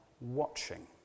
watching